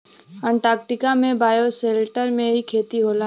Antarctica में bioshelter में ही खेती होला